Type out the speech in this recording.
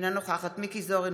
אינה נוכחת מכלוף מיקי זוהר,